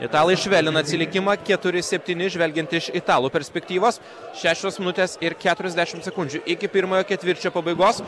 italai švelnina atsilikimą keturi septyni žvelgiant iš italų perspektyvos šešios minutės ir keturiasdešimt sekundžių iki pirmojo ketvirčio pabaigos